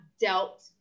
dealt